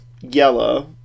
yellow